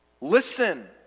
Listen